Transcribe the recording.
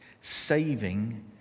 Saving